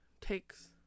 takes